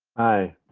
aye,